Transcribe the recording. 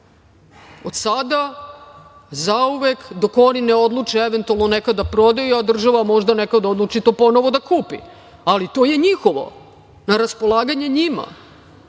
od sada zauvek, dok oni ne odluče eventualno nekad da prodaju, a država možda nekada odluči to ponovo da kupi, ali to je njihovo, na raspolaganju njima.